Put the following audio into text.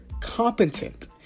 competent